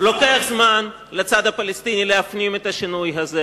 לוקח זמן לצד הפלסטיני להפנים את השינוי הזה.